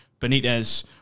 Benitez